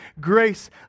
Grace